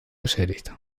beschädigt